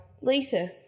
Lisa